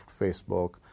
Facebook